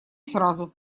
сразу